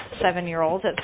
seven-year-old